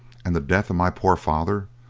and the death of my poor father,